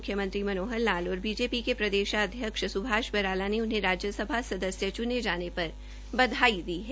मुख्यमंत्री मनोहर लाल और बीजेपी प्रदेशाध्यक्ष सुभाष बराला ने उन्हें राज्यसभा सदस्य चुने जाने पर बधाई दी है